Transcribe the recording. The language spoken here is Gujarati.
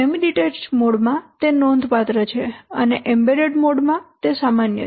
સેમી ડીટેચ્ડ મોડ માં તે નોંધપાત્ર છે અને એમ્બેડેડ મોડ માં તે સામાન્ય છે